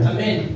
Amen